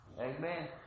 Amen